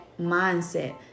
mindset